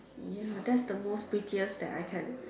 ya that's the most pettiest that I can